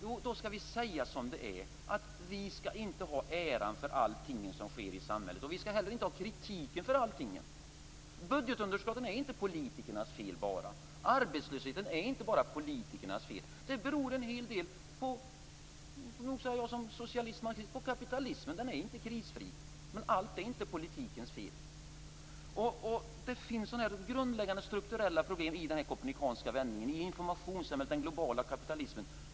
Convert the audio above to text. Jo, vi skall säga som det är: Vi skall inte ha äran för allting som sker i samhället, och vi skall heller inte kritiken för allting. Budgetunderskotten är inte bara politikernas fel. Arbetslösheten är inte bara politikernas fel. Som socialist och marxist säger jag att det beror en hel del på kapitalismen. Den är inte krisfri. Men allt är inte politikens fel. Det finns grundläggande strukturella problem i den här kopernikanska vändningen, i informationssamhället och den globala kapitalismen.